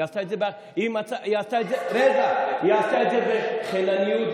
היא עשתה את זה בחינניות,